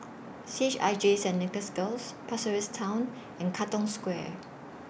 C H I J Saint Nicholas Girls Pasir Ris Town and Katong Square